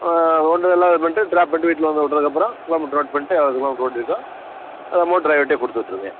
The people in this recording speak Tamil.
கொண்டு எல்லாம் இது பண்ணிட்டு ட்ராப் பண்ணிட்டு வீட்டில் வந்து விட்டதுக்கப்பறம் கிலோ மீட்ரு நோட் பண்ணிட்டு எவ்வளோ கிலோ மீட்ரு ஓடியிருக்கோ அது அமௌண்ட் ட்ரைவர்கிட்டே கொடுத்து விட்ருங்க